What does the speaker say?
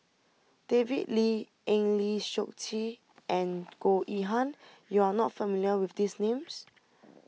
David Lee Eng Lee Seok Chee and Goh Yihan you are not familiar with these names